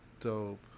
dope